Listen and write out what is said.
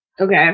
Okay